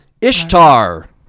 Ishtar